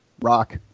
rock